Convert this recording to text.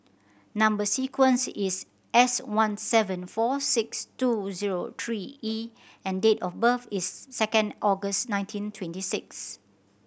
number sequence is S one seven four six two zero three E and date of birth is second August nineteen twenty six